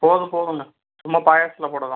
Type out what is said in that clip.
போதும் போதுங்க சும்மா பாயாசத்தில் போட தான்